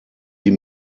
sie